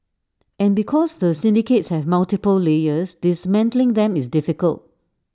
and because the syndicates have multiple layers dismantling them is difficult